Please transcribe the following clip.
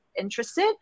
interested